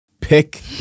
pick